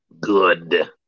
Good